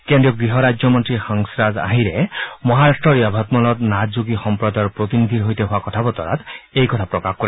কেন্দ্ৰীয় গৃহ ৰাজ্যমন্ত্ৰী হংসৰাজ আহিৰে মহাৰাট্টৰ য়াভটমলত নাথযোগী সম্প্ৰদায়ৰ প্ৰতিনিধিৰ সৈতে হোৱা কথা বতৰাত এই কথা প্ৰকাশ কৰে